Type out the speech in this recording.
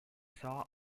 saw